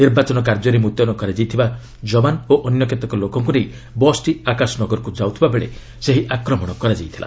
ନିର୍ବାଚନ କାର୍ଯ୍ୟରେ ମୁତୟନ କରାଯାଇଥିବା ଯବାନ ଓ ଅନ୍ୟ କେତେକ ଲୋକଙ୍କୁ ନେଇ ବସ୍ଟି ଆକାଶନଗରକୁ ଯାଉଥିବାବେଳେ ସେହି ଆକ୍ରମଣ କରାଯାଇଥିଲା